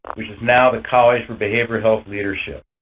which is now the college for behavioral health leadership.